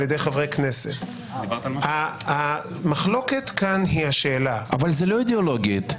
ידי חברי כנסת המחלוקת כאן היא השאלה --- היא לא אידיאולוגית.